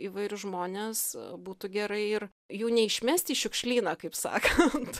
įvairius žmones būtų gerai ir jų neišmest į šiukšlyną kaip sakant